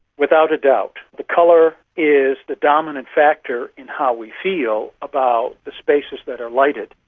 without a doubt the colour is the dominant factor in how we feel about the spaces that are lighted.